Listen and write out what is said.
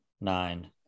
Nine